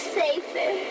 safer